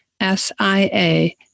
S-I-A